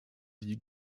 die